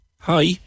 hi